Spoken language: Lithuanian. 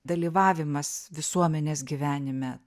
dalyvavimas visuomenės gyvenime